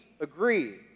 Agree